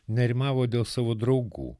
nerimavo dėl savo draugų